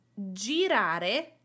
Girare